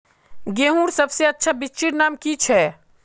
गेहूँर सबसे अच्छा बिच्चीर नाम की छे?